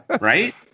Right